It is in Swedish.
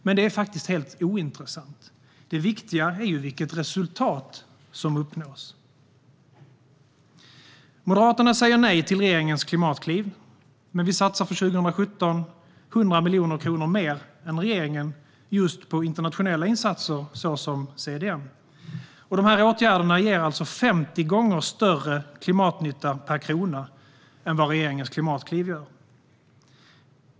Men det är faktiskt helt ointressant. Det viktiga är vilket resultat som uppnås. Moderaterna säger nej till regeringens klimatkliv, men för 2017 satsar vi 100 miljoner kronor mer än regeringen på internationella insatser såsom CDM. De här åtgärderna ger alltså 50 gånger större klimatnytta per krona än regeringens klimatkliv.